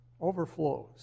overflows